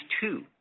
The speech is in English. two